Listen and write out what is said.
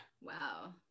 wow